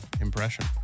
impression